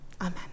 Amen